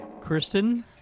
Kristen